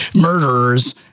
murderers